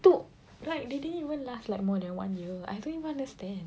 dude like they didn't even last like more than one year I don't even understand